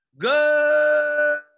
Good